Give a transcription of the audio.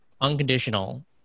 unconditional